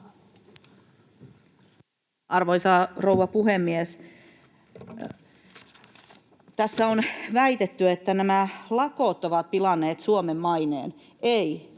Arvoisa rouva puhemies! Tässä on väitetty, että nämä lakot ovat pilanneet Suomen maineen. Ei,